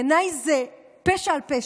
בעיניי זה פשע על פשע,